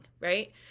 Right